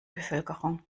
bevölkerung